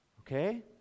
okay